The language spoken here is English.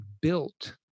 built